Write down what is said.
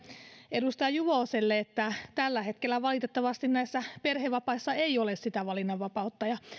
edustaja juvoselle että tällä hetkellä valitettavasti perhevapaissa ei ole sitä valinnanvapautta